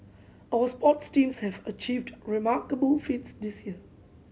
our sports teams have achieved remarkable feats this year